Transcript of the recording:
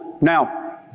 Now